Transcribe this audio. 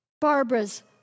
Barbara's